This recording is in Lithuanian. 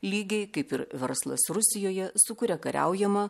lygiai kaip ir verslas rusijoje su kuria kariaujama